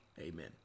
amen